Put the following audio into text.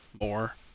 More